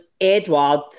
Edward